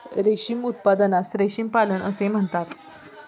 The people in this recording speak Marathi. रेशीम उत्पादनास रेशीम पालन असे म्हणतात